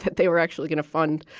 they were actually going to fund,